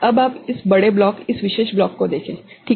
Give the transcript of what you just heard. अब आप इस बड़े ब्लॉक इस विशेष ब्लॉक को देखे ठीक है